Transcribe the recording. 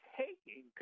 taking